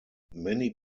many